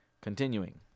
Continuing